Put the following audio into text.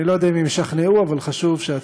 אני לא יודע אם הם ישכנעו, אבל חשוב שהציבור,